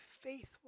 faithful